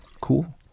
cool